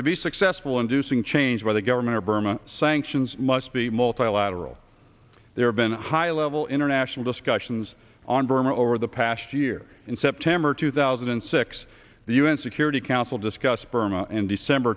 to be successful inducing change by the government of burma sanctions must be multilateral there have been high level international discussions on burma over the past year in september two thousand and six the un security council discussed burma in december